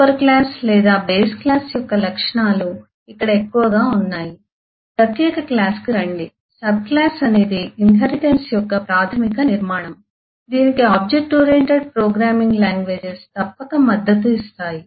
super class లేదా base class యొక్క లక్షణాలు ఇక్కడ ఎక్కువగా ఉన్నాయి ప్రత్యేక క్లాస్ కి రండి సబ్ క్లాస్ అనేది ఇన్హెరిటెన్స్ యొక్క ప్రాథమిక నిర్మాణం దీనికి ఆబ్జెక్ట్ ఓరియెంటెడ్ ప్రోగ్రామింగ్ లాంగ్వేజెస్ తప్పక మద్దతు ఇస్తాయి